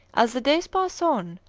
as the days pass on,